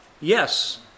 yes